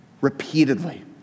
repeatedly